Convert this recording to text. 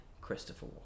Christopher